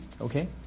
okay